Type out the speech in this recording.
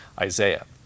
Isaiah